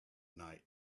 night